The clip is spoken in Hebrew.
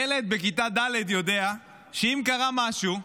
ילד בכיתה ד' יודע שאם קרה משהו,